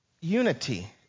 Unity